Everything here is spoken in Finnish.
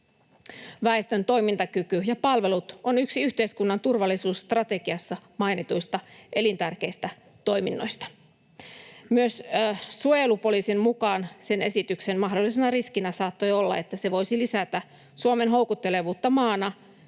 Väestön toimintakyky ja palvelut ovat yksi yhteiskunnan turvallisuusstrategiassa mainituista elintärkeistä toiminnoista. Myös suojelupoliisin mukaan sen esityksen mahdollisena riskinä saattoi olla, että se voisi lisätä Suomen houkuttelevuutta maana,